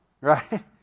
right